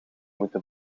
moeten